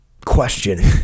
Question